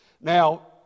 now